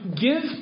give